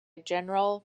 general